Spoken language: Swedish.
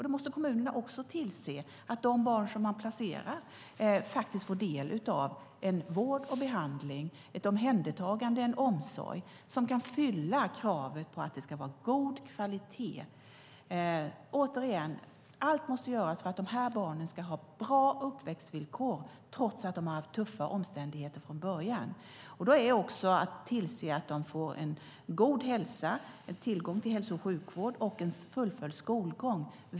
Då måste kommunerna också tillse att de barn som de placerar får del av vård och behandling, ett omhändertagande och en omsorg, som kan fylla kravet på att det ska vara god kvalitet. Återigen: Allt måste göras för att de här barnen ska ha bra uppväxtvillkor trots att de har haft tuffa omständigheter från början. Då gäller det också att tillse att de får en god hälsa, tillgång till hälso och sjukvård, och en fullföljd skolgång.